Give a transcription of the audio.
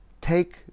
take